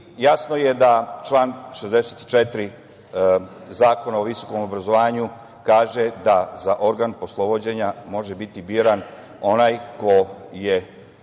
Jasno je da član 64. Zakona o visokom obrazovanju kaže da za organ poslovođenja može biti biran onaj ko je